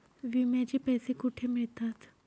विम्याचे पैसे कुठे मिळतात?